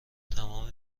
تمام